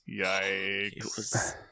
Yikes